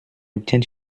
obtient